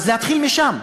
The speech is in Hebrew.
אז להתחיל משם.